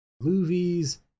Movies